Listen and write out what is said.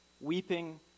weeping